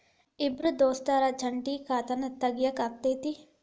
ಇಬ್ರ ದೋಸ್ತರ ಜಂಟಿ ಖಾತಾನ ತಗಿಯಾಕ್ ಆಕ್ಕೆತಿ?